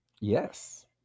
Yes